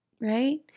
right